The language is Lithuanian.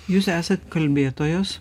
jūs esat kalbėtojos